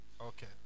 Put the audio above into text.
Okay